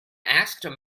asked